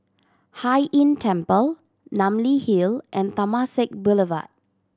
Hai Inn Temple Namly Hill and Temasek Boulevard